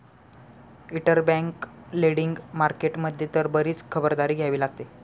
interbank lending market मध्ये तर बरीच खबरदारी घ्यावी लागते